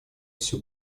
все